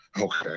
Okay